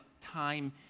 time